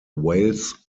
wales